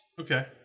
Okay